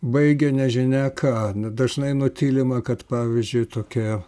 baigia nežinia ką dažnai nutylima kad pavyzdžiui tokie